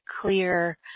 clear